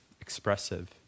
expressive